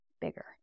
bigger